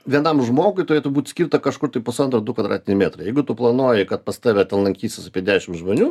vienam žmogui turėtų būt skirta kažkur tai pusantro du kvadratiniai metrai jeigu tu planuoji kad pas tave ten lankysis apie dešimt žmonių